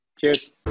Cheers